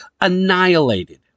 annihilated